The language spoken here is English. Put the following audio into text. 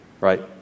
right